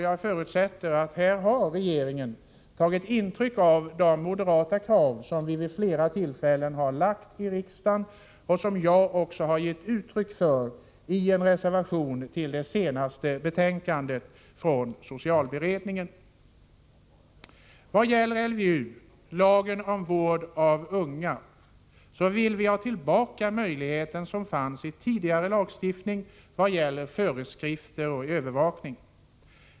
Jag förutsätter att regeringen har tagit intryck av de krav som moderaterna vid flera tillfällen har framfört i riksdagen och som jag också har gett uttryck för i en reservation till det senaste betänkandet från socialberedningen. Vad gäller LVU, lagen om vård av unga, vill vi ha tillbaka de möjligheter som fanns i tidigare lagstiftning i vad gäller föreskrifter och övervakning.